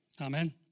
Amen